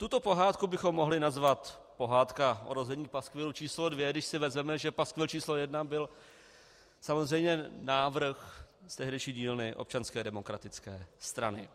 Tuto pohádku bychom mohli nazvat Pohádka o rození paskvilu č. 2, když si vezmeme, že paskvil č. 1 byl samozřejmě návrh z tehdejší dílny Občanské demokratické strany.